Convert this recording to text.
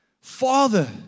Father